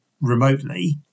remotely